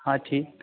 हाँ ठीक